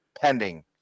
Pending